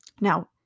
Now